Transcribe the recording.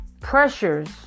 pressures